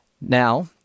Now